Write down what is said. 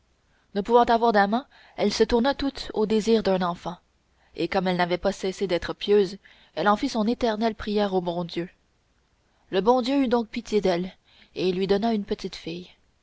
ne pouvant avoir d'amant elle se tourna toute au désir d'un enfant et comme elle n'avait pas cessé d'être pieuse elle en fit son éternelle prière au bon dieu le bon dieu eut donc pitié d'elle et lui donna une petite fille